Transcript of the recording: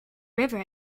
river